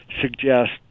suggest